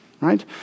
right